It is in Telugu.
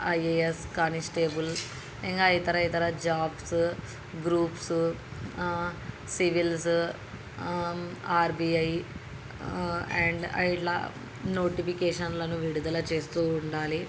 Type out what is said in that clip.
ఐఏఎస్ కానిస్టేబుల్ ఇంకా ఇతర ఇతర jobs groups civils RBI and ఇట్లా నోటిఫికేషన్లను విడుదల చేస్తు ఉండాలి